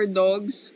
dogs